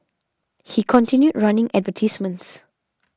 he continued running advertisements